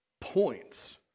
points